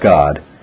God